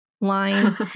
Line